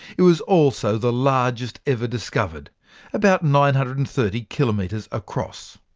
it was also the largest ever discovered about nine hundred and thirty kilometres across.